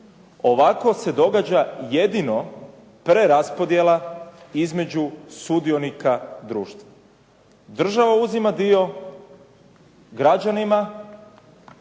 Ovako se događa jedino preraspodjela između sudionika društva. Država uzima dio građanima